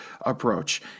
approach